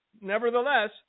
nevertheless